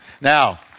Now